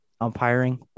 umpiring